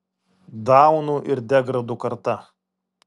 daunų ir degradų karta